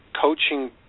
coaching